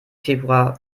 februar